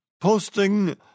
posting